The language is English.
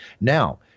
Now